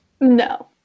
No